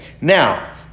Now